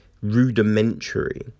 rudimentary